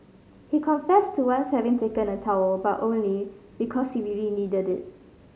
he confessed to once having taken a towel but only because he really needed it